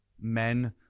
men